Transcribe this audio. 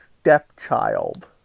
stepchild